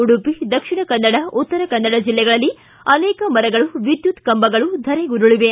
ಉಡುಪಿ ದಕ್ಷಿಣಕನ್ನಡ ಉತ್ತರಕನ್ನಡ ಜಿಲ್ಲೆಗಳಲ್ಲಿ ಅನೇಕ ಮರಗಳು ವಿದ್ಯುತ್ ಕಂಬಗಳು ಧರೆಗುರುಳವೆ